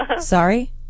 Sorry